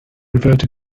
reverted